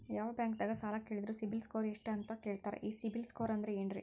ಯಾವ ಬ್ಯಾಂಕ್ ದಾಗ ಸಾಲ ಕೇಳಿದರು ಸಿಬಿಲ್ ಸ್ಕೋರ್ ಎಷ್ಟು ಅಂತ ಕೇಳತಾರ, ಈ ಸಿಬಿಲ್ ಸ್ಕೋರ್ ಅಂದ್ರೆ ಏನ್ರಿ?